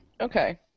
Okay